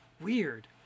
Weird